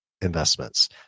investments